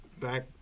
back